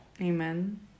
Amen